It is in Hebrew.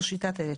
זאת אומרת,